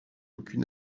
aucune